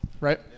right